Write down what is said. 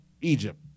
Egypt